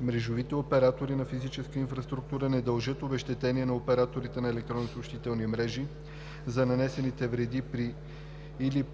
Мрежовите оператори на физическа инфраструктура не дължат обезщетение на операторите на електронни съобщителни мрежи за нанесените вреди при или